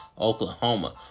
Oklahoma